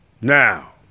Now